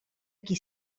qui